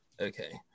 Okay